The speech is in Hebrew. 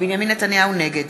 נגד